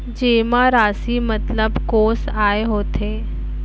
जेमा राशि मतलब कोस आय होथे?